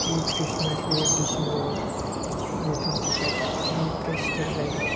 pre खृस्टमासखौ डिसेम्बरनि twenty five सोनिफ्राय स्थार्थ जायो